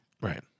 Right